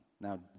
Now